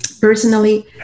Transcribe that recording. personally